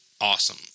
awesome